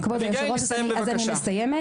כבוד היושב-ראש, אני מסיימת.